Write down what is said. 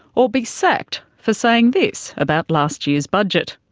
or be sacked for saying this about last year's budget?